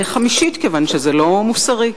חמישית, כיוון שזה לא מוסרי.